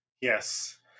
Yes